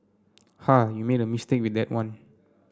ha you made a mistake with that one